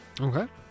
Okay